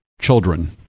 children